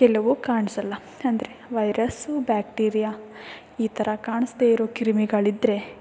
ಕೆಲವು ಕಾಣಿಸಲ್ಲ ಅಂದರೆ ವೈರಸ್ಸು ಬ್ಯಾಕ್ಟೀರಿಯಾ ಈ ಥರ ಕಾಣಿಸ್ದೆ ಇರೋ ಕ್ರಿಮಿಗಳಿದ್ದರೆ